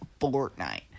Fortnite